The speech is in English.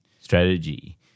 strategy